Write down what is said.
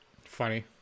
Funny